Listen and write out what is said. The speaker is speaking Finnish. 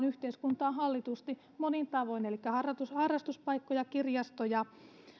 yhteiskuntaa hallitusti monin tavoin elikkä harrastuspaikkoja ja kirjastoja